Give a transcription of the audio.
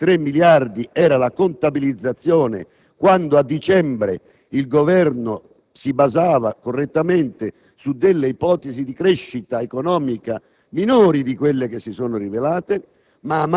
(23 miliardi era la contabilizzazione quando a dicembre il Governo si basava correttamente su ipotesi di crescita economica minori di quelle che si sono rivelate)